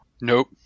Nope